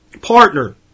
partner